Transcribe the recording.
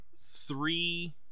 three